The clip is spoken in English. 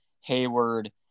Hayward